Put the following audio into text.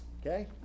Okay